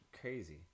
crazy